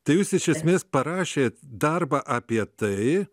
tai jūs iš esmės parašėt darbą apie tai